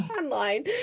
online